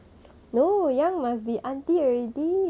but I still young eh auntie 什么